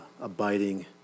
abiding